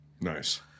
Nice